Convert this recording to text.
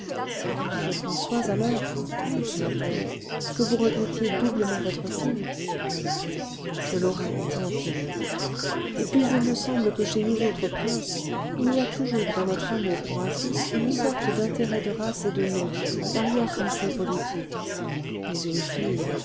je conçois alors s'écria-t-elle que vous regrettiez doublement votre fille je l'aurais tant aimée et puis il me semble que chez nous autres princes il y a toujours dans notre amour pour un fils une sorte d'intérêt de race et de nom darrière pensée politique mais une fille